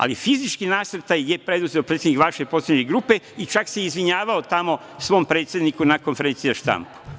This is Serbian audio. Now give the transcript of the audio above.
Ali, fizički nasrtaj je preduzeo predsednik vaše poslaničke grupe i čak se izvinjavao tamo svom predsedniku na konferenciji za štampu.